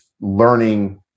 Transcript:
learning